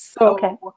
Okay